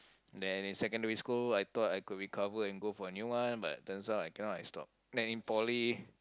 then in secondary school I thought I could recover and go for a new one but turns out I cannot I stop